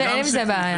אין עם זה בעיה.